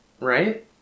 Right